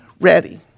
ready